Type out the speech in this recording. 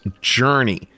Journey